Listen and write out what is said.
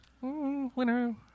Winner